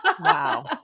wow